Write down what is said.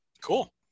cool